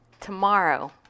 tomorrow